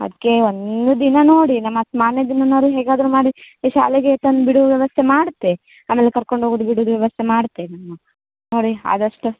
ಅದಕ್ಕೆ ಒಂದು ದಿನ ನೋಡಿ ನಾ ಮತ್ತೆ ಮಾರನೇ ದಿನನಾದ್ರು ಹೇಗಾದರೂ ಮಾಡಿ ಶಾಲೆಗೆ ತಂದು ಬಿಡುವ ವ್ಯವಸ್ಥೆ ಮಾಡ್ತೆ ಆಮೇಲೆ ಕರ್ಕೊಂಡು ಹೋಗೋದು ಬಿಡೋದು ವ್ಯವಸ್ಥೆ ಮಾಡ್ತೇ ನಾನು ನೋಡಿ ಆದಷ್ಟು